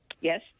Yes